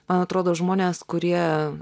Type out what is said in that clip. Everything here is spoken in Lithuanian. man atrodo žmonės kurie